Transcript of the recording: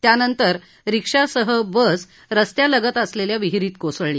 त्यानंतर रिक्षासह बस रस्त्यालगत असलेल्या विहिरीत कोसळली